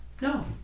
No